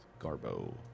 Garbo